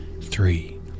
three